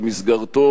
במסגרתו